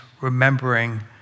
remembering